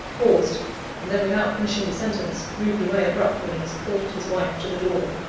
paused and then, without finishing the sentence, moved away abruptly, and supported his wife to the door.